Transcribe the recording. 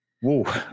Whoa